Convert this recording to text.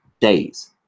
Days